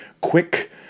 quick